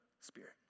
Spirit